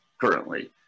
currently